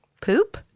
poop